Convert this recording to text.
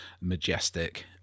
majestic